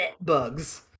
Bugs